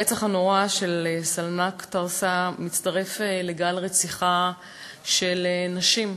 הרצח הנורא של סלמלק טסרה מצטרף לגל רציחות של נשים.